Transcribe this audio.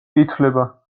ითვლება